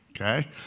Okay